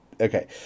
okay